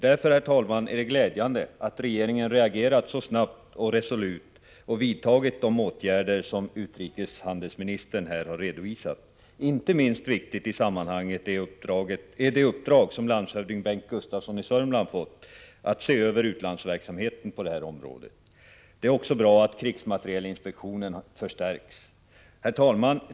Därför, herr talman, är det glädjande att regeringen har reagerat så snabbt och resolut och vidtagit de åtgärder som utrikeshandelsministern här har redovisat. Inte minst viktigt i sammanhanget är det uppdrag som landshövding Bengt Gustavsson i Södermanland har fått att se över utlandsverksamheten på detta område. Det är också bra att krigsmaterielinspektionen förstärks.